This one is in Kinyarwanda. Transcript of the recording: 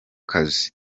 kazi